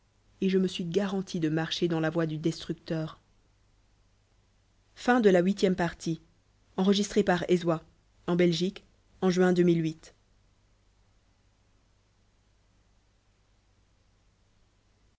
et je me suis garanti de marche dans la voie du destructeur